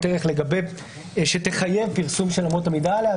ערך שתחייב פרסום של אמות המידה האלה.